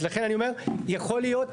אז לכן אני אומר, יכול להיות.